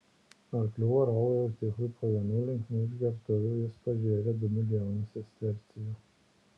arklių varovui eutichui po vienų linksmų išgertuvių jis pažėrė du milijonus sestercijų